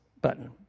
button